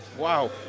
Wow